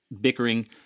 bickering